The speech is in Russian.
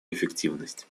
эффективность